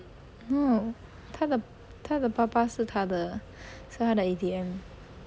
no 她的她的爸爸是他的是他的 A_T_M